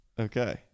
Okay